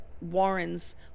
warren's